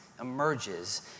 emerges